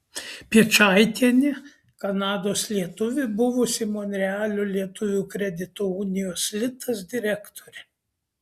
piečaitienė kanados lietuvė buvusi monrealio lietuvių kredito unijos litas direktorė